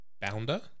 bounder